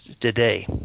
today